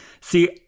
see